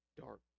dark